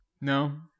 No